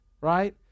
right